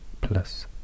plus